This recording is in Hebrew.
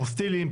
אפוסטילים,